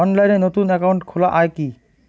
অনলাইনে নতুন একাউন্ট খোলা য়ায় কি?